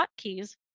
hotkeys